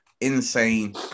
Insane